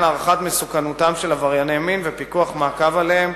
הערכת מסוכנותם של עברייני מין ופיקוח ומעקב עליהם,